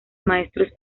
maestros